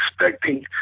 expecting